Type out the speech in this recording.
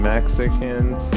Mexicans